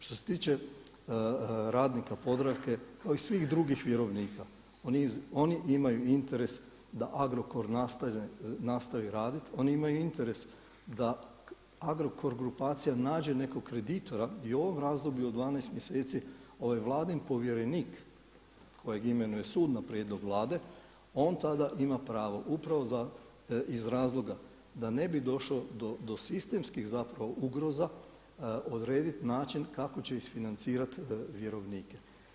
Što se tiče radnika Podravke kao i svih drugih vjerovnika, oni imaju interes da Agrokor nastavi raditi, oni imaju interes da Agrokor grupacija nađe nekog kreditora i u ovom razdoblju od 12 mjeseci ovaj vladin povjerenik kojeg imenuje sud na prijedlog Vlade, on tada ima pravo upravo iz razloga da ne bi došlo do sistemskih ugroza odrediti način kako će isfinancirati vjerovnike.